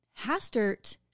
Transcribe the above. Hastert